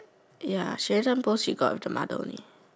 ya she every time post she go out with the mother only